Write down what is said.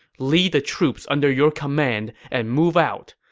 lead the troops under your command and move out.